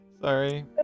Sorry